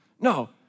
No